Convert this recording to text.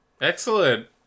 excellent